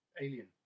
alien